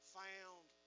found